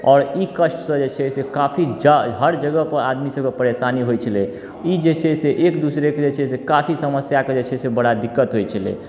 आओर ई कष्टसँ जे छै से काफी जा हर जगहपर आदमी सबके परेशानी होइ छलै ई जे छै से एक दुसरेके जे छै से काफी समस्याके जे छै से बड़ा दिक्कत होइ छलै